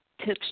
tips